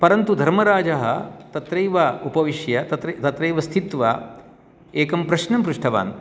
परन्तु धर्मराजः तत्रैव उपविश्य तत्रैव स्थित्वा एकं प्रश्नं पृष्टवान्